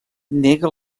nega